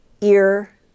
Ear